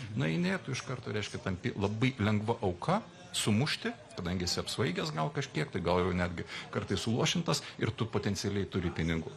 nueini tu iš karto reiškia tampi labai lengva auka sumušti kadangi esi apsvaigęs gal kažkiek tai gal jau netgi kartais suluošintas ir tu potencialiai turi pinigų